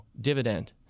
dividend